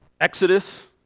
exodus